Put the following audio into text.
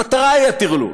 המטרה היא הטרלול,